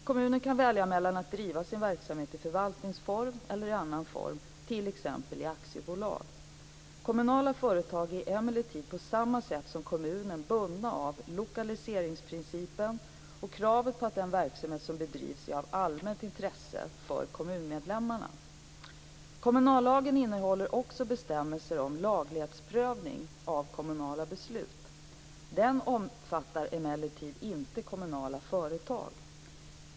Kommunen kan välja mellan att driva sin verksamhet i förvaltningsform eller i annan form, t.ex. i aktiebolag. Kommunala företag är emellertid på samma sätt som kommunen bundna av lokaliseringsprincipen och kravet på att den verksamhet som bedrivs är av allmänt intresse för kommunmedlemmarna. Kommunallagen innehåller också bestämmelser om laglighetsprövning av kommunala beslut. Den omfattar emellertid inte kommunala företag.